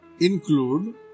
include